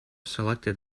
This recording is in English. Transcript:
selected